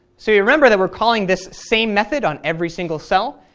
so yeah remember that we're calling this same method on every single cell,